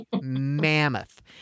mammoth